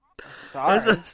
Sorry